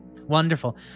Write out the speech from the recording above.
Wonderful